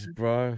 bro